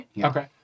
Okay